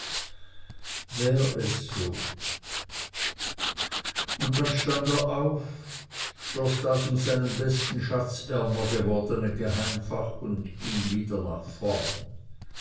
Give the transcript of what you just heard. wär es so und dann stand er auf schloß das um seinen besten schatz ärmer gewordene geheimfach und ging wieder nach vorn